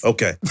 Okay